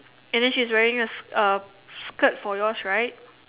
and then she's wearing a uh skirt for yours right